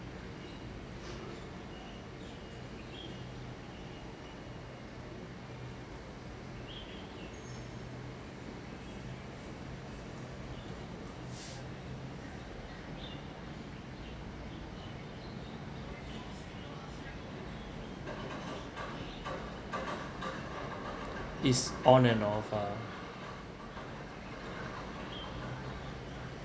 it's on and off uh